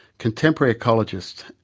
contemporary ecologists,